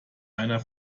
einer